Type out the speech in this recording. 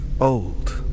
old